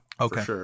Okay